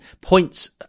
points